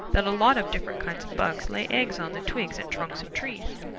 that a lot of different kinds of bugs lay eggs on the twigs and trunks of trees.